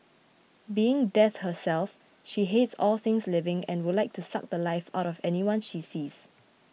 being Death herself she hates all things living and would like to suck the Life out of anyone she sees